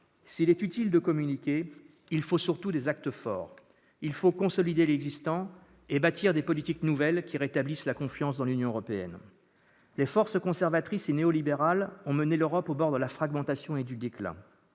s'il est utile de communiquer, il faut surtout des actes forts : il faut consolider l'existant et bâtir des politiques nouvelles qui rétablissent la confiance dans l'Union européenne. Les forces conservatrices et néo-libérales ont mené l'Europe au bord de la fragmentation et du déclin,